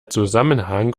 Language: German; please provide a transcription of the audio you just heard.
zusammenhang